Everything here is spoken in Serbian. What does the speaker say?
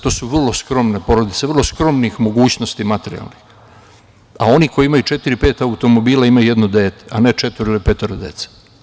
To su vrlo skromne porodice, vrlo skromnih mogućnosti materijalnih, a oni koji imaj četiri, pet automobila imaju jedno dete, a ne četvoro ili petoro dece.